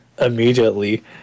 immediately